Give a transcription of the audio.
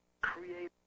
create